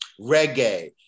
reggae